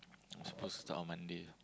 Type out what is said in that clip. I'm supposed to start on Monday